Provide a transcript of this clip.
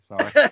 Sorry